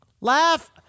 Laugh